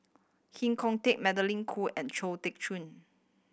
Heng Khoo Tian Magdalene Khoo and Chong Tze Chien